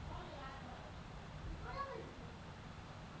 মাটিল্লে যাতে আগাছার মত বিভিল্ল্য জিলিস জল্মায় মাটিকে খারাপ লা ক্যরে